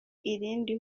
irindi